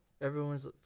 Everyone's